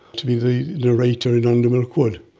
to be the narrator in under milk wood,